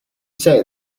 say